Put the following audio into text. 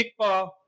Kickball